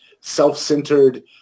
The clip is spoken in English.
self-centered